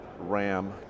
ram